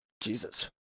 Jesus